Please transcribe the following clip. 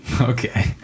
Okay